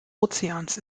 ozeans